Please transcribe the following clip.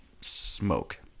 smoke